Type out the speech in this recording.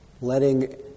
letting